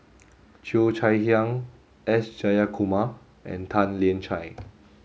Cheo Chai Hiang S Jayakumar and Tan Lian Chye